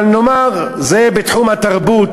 אבל נאמר, זה בתחום התרבות.